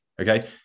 okay